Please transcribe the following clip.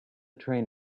train